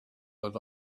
that